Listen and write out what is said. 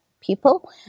people